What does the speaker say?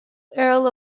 earl